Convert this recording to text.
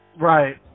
Right